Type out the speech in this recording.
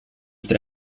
tre